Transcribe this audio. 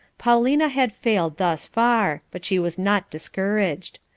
paulina had failed thus far, but she was not discouraged.